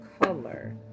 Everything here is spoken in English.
color